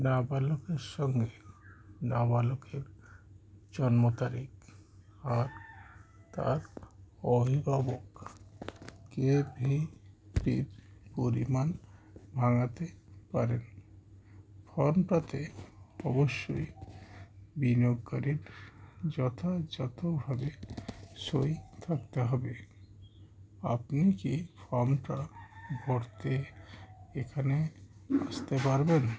নাবালকের সঙ্গে নাবালকের জন্ম তারিখ আর তার অভিভাবক কেভিপির পরিমাণ ভাঙাতে পারেন ফর্মটাতে অবশ্যই বিনিয়োগকারীর যথযথভাবে সই থাকতে হবে আপনি কি ফর্মটা ভরতে এখানে আসতে পারবেন